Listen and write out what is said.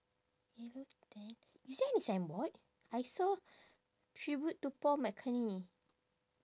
yellow tent is there any signboard I saw tribute to paul mckenny